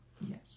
Yes